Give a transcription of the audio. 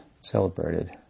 celebrated